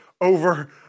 over